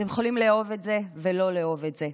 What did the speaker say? אתם יכולים לאהוב את זה או לא לאהוב את זה,